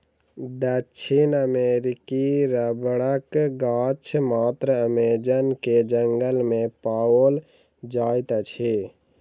दक्षिण अमेरिकी रबड़क गाछ मात्र अमेज़न के जंगल में पाओल जाइत अछि